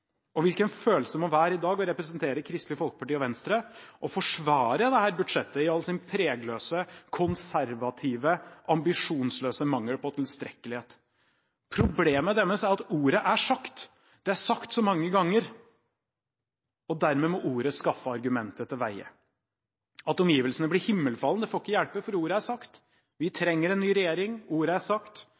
vært. Hvilken følelse må det være i dag å representere Kristelig Folkeparti og Venstre og forsvare dette budsjettet, i all sin pregløse, konservative, ambisjonsløse mangel på tilstrekkelighet. Problemet deres er at ordet er sagt så mange ganger, og dermed må ordet skaffe argumentet til veie. At omgivelsene blir himmelfalne, får ikke hjelpe, for ordene er sagt: «Vi trenger en ny regjering». Ordene er sagt: